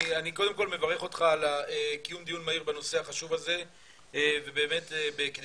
אני קודם כל מברך אותך על קיום דיון מהיר בנושא החשוב הזה ובאמת בהקדם.